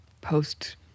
post